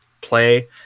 play